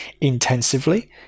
intensively